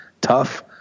tough